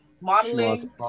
modeling